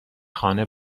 خانه